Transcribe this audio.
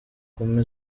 kumi